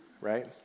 right